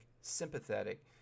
sympathetic